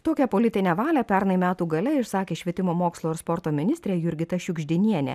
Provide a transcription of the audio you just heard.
tokią politinę valią pernai metų gale išsakė švietimo mokslo ir sporto ministrė jurgita šiugždinienė